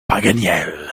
paganel